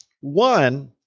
One